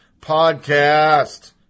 podcast